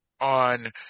on